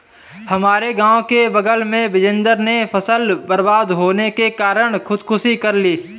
हमारे गांव के बगल में बिजेंदर ने फसल बर्बाद होने के कारण खुदकुशी कर ली